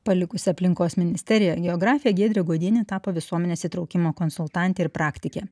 palikusi aplinkos ministeriją geografė giedrė godienė tapo visuomenės įtraukimo konsultantė ir praktikė